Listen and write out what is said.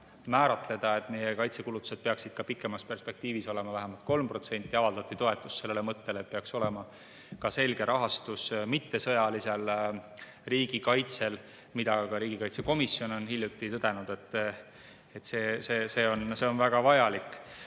et meie kaitsekulutused peaksid ka pikemas perspektiivis olema vähemalt 3%. Avaldati toetust sellele mõttele, et peaks olema ka selge rahastus mittesõjalisel riigikaitsel. Ka riigikaitsekomisjon on hiljuti tõdenud, et see on väga vajalik.